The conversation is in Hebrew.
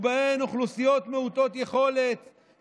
ובהן אוכלוסיות מעוטות יכולת,